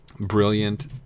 brilliant